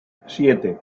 siete